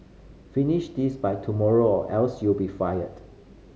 finish this by tomorrow or else you'll be fired